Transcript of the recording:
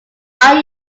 are